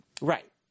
Right